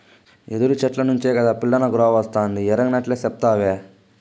యెదురు చెట్ల నుంచే కాదా పిల్లనగ్రోవస్తాండాది ఎరగనట్లే సెప్తావే